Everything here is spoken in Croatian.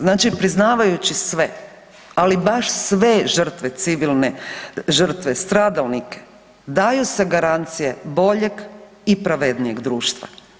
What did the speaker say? Znači priznavajući sve, ali baš sve žrtve civilne žrtve, stradalnike daju se garancije bolje i pravednijeg društva.